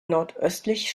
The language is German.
nordöstlich